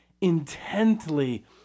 intently